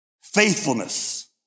faithfulness